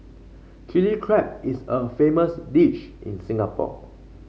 Chilli Crab is a famous dish in Singapore